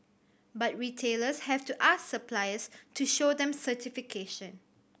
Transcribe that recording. but retailers have to ask suppliers to show them certification